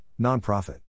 nonprofit